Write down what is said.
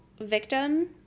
victim